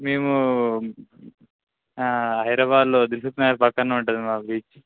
మేము హైదరాబాద్లో దిల్షుక్ పక్కన ఉంటుంది మా బీచ్